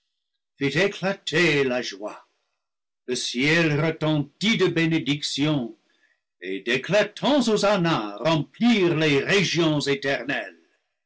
la joie le ciel retentit de bénédictions et d'éclatants hosanna remplirent les régions éternelles